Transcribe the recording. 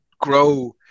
grow